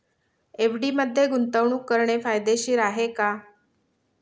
FD मध्ये गुंतवणूक करणे फायदेशीर आहे का?